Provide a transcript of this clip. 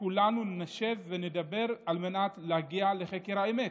כולנו נשב ונדבר כדי להגיע לחקר האמת.